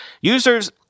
Users